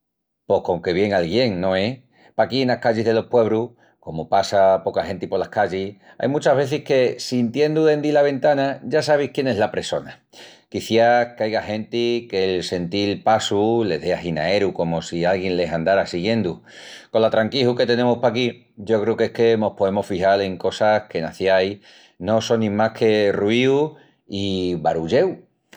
Pos con que vien alguién, no es? Paquí enas callis delos puebrus, como passa poca genti polas callis, ain muchas vezis que, sintiendu dendi la ventana, ya sabis quién es la pressona. Quiciás que aiga genti qu'el sentil passus les dé aginaeru comu si alguién les andara siguiendu. Col atranquiju que tenemus paquí yo creu qu'es que mos poemus fixal en cosas que enas ciais no sonin más que ruiu i barulleu.